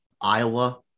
Iowa